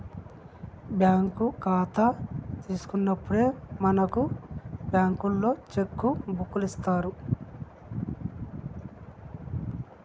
bank ఖాతా తీసినప్పుడే మనకు బంకులోల్లు సెక్కు బుక్కులిత్తరు